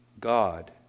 God